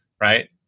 right